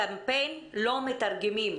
קמפיין לא מתרגמים.